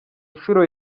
inshuro